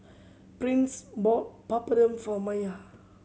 Prince bought Papadum for Maiya